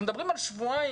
אנחנו מדברים על שבועיים.